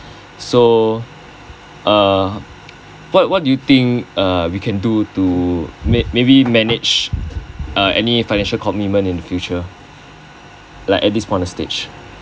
so uh what what do you think uh you can do to maybe manage uh any financial commitment in future like at this point of stage